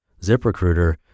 ZipRecruiter